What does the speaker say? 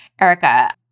Erica